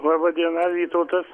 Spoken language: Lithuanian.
laba diena vytautas